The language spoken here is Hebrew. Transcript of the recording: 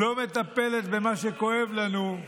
לא מטפלת במה שכואב לנו.